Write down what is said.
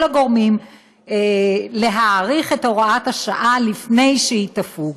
הגורמים להאריך את הוראת השעה לפני שהיא תפוג.